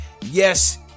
Yes